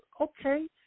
Okay